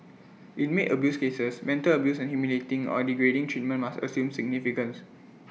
in maid abuse cases mental abuse and humiliating or degrading treatment must assume significance